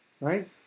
right